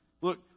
Look